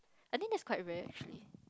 I think that's quite rare actually